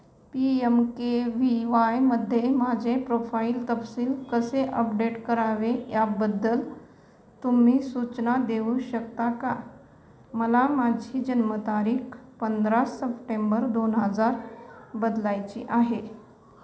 P M K V वायमध्ये माझे profile तपशील कसे अपडेट करावे याबद्दल तुम्ही सूचना देऊ शकता का मला माझी जन्मतारीख पंधरा सप्टेंबर दोन हजार बदलायची आहे